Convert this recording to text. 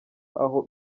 aho